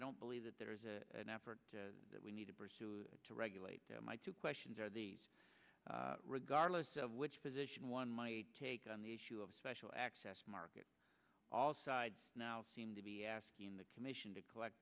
don't believe that there is an effort that we need to pursue to regulate my two questions are these regardless of which position one might take on the issue of special access market all sides now seem to be asking the commission to collect